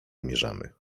zmierzamy